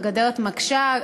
הגדר מקשה,